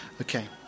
Okay